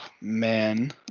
Man